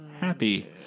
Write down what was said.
happy